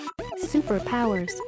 Superpowers